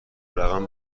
رقم